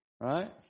right